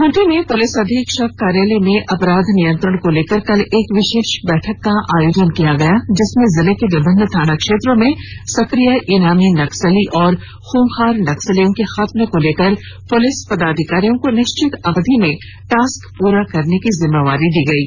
Khunti police अधीक्षक कार्यालय में अपराध नियंत्रण को लेकर कल एक विशेष बैठक को आयोजन किया गया जिसमें जिले के विभिन्न थाना क्षेत्रों में सक्रिय इनामी नक्सली और खूंखार नक्सलियों के खात्मे को लेकर पुलिस पदाधिकारियों को निश्चित अवधि में टास्क पूर्ण करने की जिम्मेवारी दी गयी